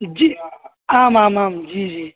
जी आम् आम् आं जी जी